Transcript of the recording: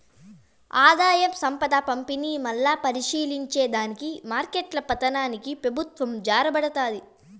ఆదాయం, సంపద పంపిణీ, మల్లా పరిశీలించే దానికి మార్కెట్ల పతనానికి పెబుత్వం జారబడతాది